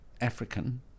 African